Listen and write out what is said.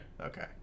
okay